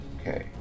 Okay